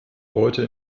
heute